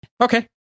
Okay